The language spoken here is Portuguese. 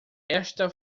esta